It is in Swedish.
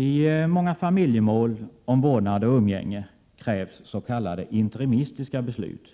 I många familjemål om vårdnad och umgänge krävs s.k. interimistiska beslut,